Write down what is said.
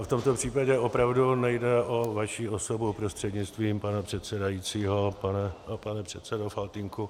V tomto případě opravdu nejde o vaši osobu, prostřednictvím pana předsedajícího pane předsedo Faltýnku.